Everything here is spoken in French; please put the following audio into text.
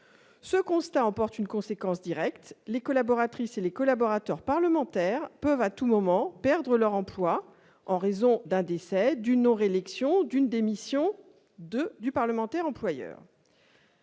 ce constat, c'est que les collaboratrices et les collaborateurs parlementaires peuvent, à tout moment, perdre leur emploi en raison d'un décès, d'une non-réélection ou d'une démission du parlementaire employeur.